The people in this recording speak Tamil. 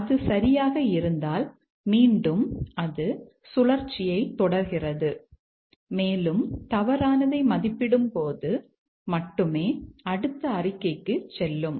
அது சரியாக இருந்தால் மீண்டும் அது சுழற்சியைத் தொடர்கிறது மேலும் தவறானதை மதிப்பிடும்போது மட்டுமே அடுத்த அறிக்கைக்குச் செல்லும்